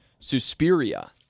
Suspiria